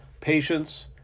patience